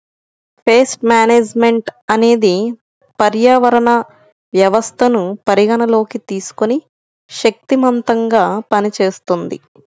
paste management అనేది పర్యావరణ వ్యవస్థను పరిగణలోకి తీసుకొని శక్తిమంతంగా పనిచేస్తుంది